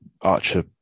Archer